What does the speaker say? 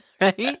right